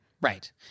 Right